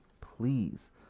please